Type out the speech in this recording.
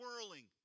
twirling